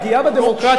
הפגיעה בדמוקרטיה,